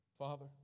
Father